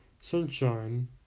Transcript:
Sunshine